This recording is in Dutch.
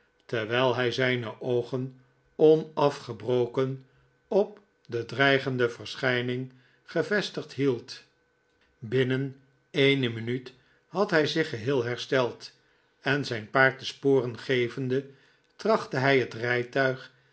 terwijl hij zijne oogen onafgebroken op de dreigende verschijning gevestigd hield binnen eene minuut had hij zich geheel hersteld en zijn paard de sporen gevende trachtte hij het rijtuig